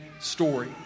story